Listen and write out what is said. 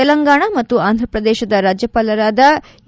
ತೆಲಂಗಾಣ ಮತ್ತು ಆಂಧ್ರಪ್ರದೇಶದ ರಾಜ್ಯಪಾಲರಾದ ಇ